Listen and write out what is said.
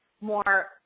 more